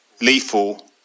lethal